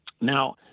Now